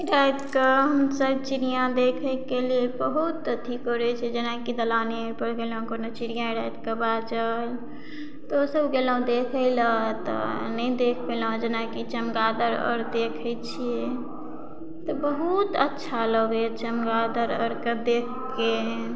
राति कऽ हमसब चिड़िया देखयके लेल बहुत अथी करय छै जेनाकि दलाने अरपर गेलहुँ कोनो चिड़िया राति कऽ बाजल तऽ ओ सब गेलहुँ देखय लए तऽ नहि देख पेलहुँ जेनाकि चमगादर आओर देखय छियै तऽ बहुत अच्छा लगैये चमगादर अरके देखके